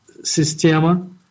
Sistema